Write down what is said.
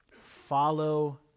Follow